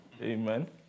amen